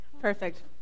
Perfect